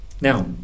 Now